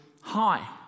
high